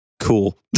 Cool